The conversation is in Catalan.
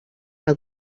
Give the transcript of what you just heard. que